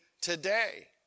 today